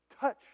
touch